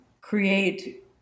create